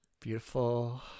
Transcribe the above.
Beautiful